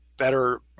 better